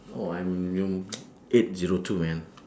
oh I'm in eight zero two man